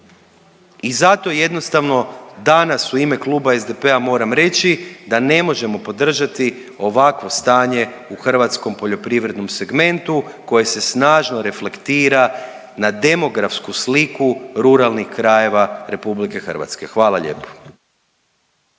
I zato jednostavno danas u ime Kluba SDP-a moram reći da ne možemo podržati ovakvo stanje u hrvatskom poljoprivrednom segmentu koje se snažno reflektira na demografsku sliku ruralnih krajeva RH. Hvala lijepo.